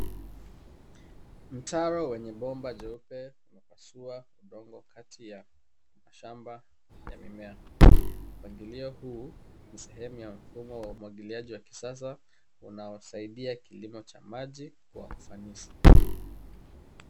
Mtaro wenye bomba jeupe umepasua udongo kati ya mashamba ya mimea. Mpangilio huu ni sehemu ya mfumo wa umwagiliaji wa kisasa unaosaidia kilimo cha maji kwa ufanisi.